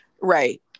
Right